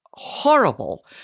horrible